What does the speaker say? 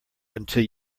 until